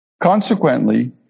Consequently